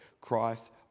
christ